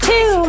Two